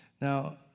Now